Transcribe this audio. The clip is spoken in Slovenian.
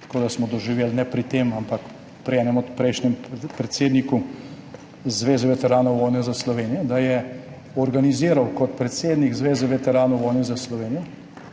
tako da smo doživeli, ne pri tem, ampak pri enem od prejšnjih predsednikov Zveze veteranov vojne za Slovenijo, da je organiziral kot predsednik Zveze veteranov vojne za Slovenijo